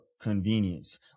convenience